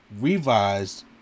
revised